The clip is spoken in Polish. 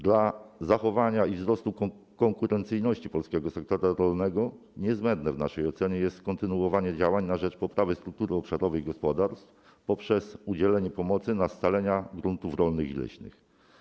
Dla zachowania i wzrostu konkurencyjności polskiego sektora rolnego niezbędne w naszej ocenie jest kontynuowanie działań na rzecz poprawy struktury obszarowej gospodarstw poprzez udzielanie pomocy na scalanie gruntów rolnych i leśnych.